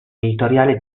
editoriale